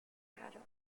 avocados